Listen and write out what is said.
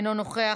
אינו נוכח,